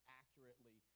accurately